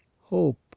hope